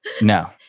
No